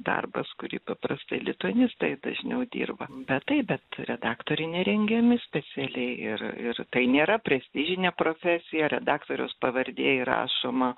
darbas kurį paprastai lituanistai dažniau dirba bet taip bet redaktoriai nerengiami specialiai ir ir tai nėra prestižinė profesija redaktoriaus pavardė įrašoma